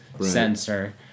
sensor